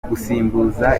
gusimbuzwa